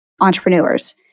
entrepreneurs